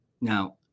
Now